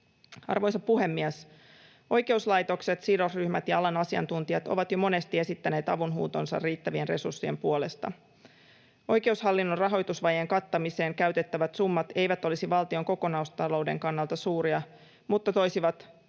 Arvoisa puhemies! Oikeuslaitokset, sidosryhmät ja alan asiantuntijat ovat jo monesti esittäneet avunhuutonsa riittävien resurssien puolesta. Oikeushallinnon rahoitusvajeen kattamiseen käytettävät summat eivät olisi valtion kokonaistalouden kannalta suuria mutta toisivat